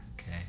okay